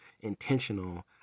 intentional